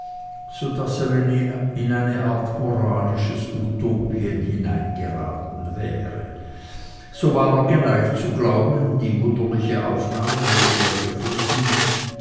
in eine art moralisches utopien hineingeraten wäre so war er geneigt zu glauben die wunderliche aufnahme welche er gefunden